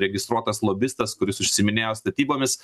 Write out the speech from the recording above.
registruotas lobistas kuris užsiiminėjo statybomis